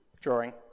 drawing